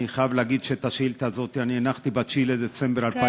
אני חייב להגיד שאת השאילתה הזאת אני הנחתי ב-9 בדצמבר 2015,